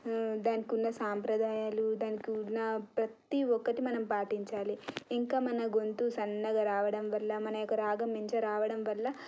దానికి ఉన్న సాంప్రదాయాలు దానికి ఉన్న ప్రతీ ఒక్కటి మనం పాటించాలి ఇంకా మన గొంతు సన్నగా రావడం వల్ల మన యొక్క రాగం మంచిగా రావడం వల్ల